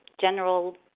general